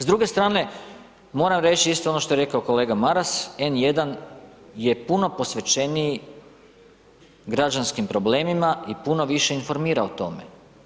S druge strane moram reći isto ono što je rekao kolega Maras, N1 je puno posvećeniji građanskim problemima i puno više informira o tome.